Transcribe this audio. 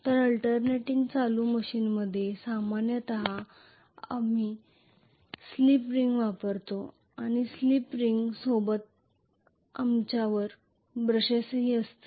तर alternating current मशीनमध्ये सामान्यपणे आपण स्लिप रिंग वापरतो आणि स्लिप रिंग सोबत आमच्यावर ब्रशेसही असतील